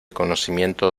conocimiento